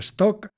Stock